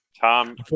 Tom